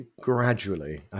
gradually